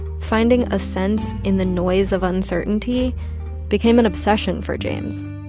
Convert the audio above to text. finding a sense in the noise of uncertainty became an obsession for james